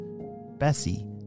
Bessie